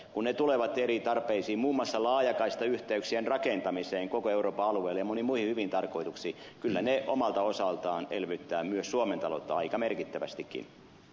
kun ne tulevat eri tarpeisiin muun muassa laajakaistayhteyksien rakentamiseen koko euroopan alueelle ja moniin muihin hyviin tarkoituksiin kyllä ne omalta osaltaan elvyttävät myös suomen taloutta aika merkittävästikin